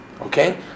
okay